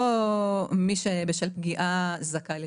לא "מי שבשל פגיעה זכאי לתשלום".